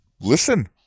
listen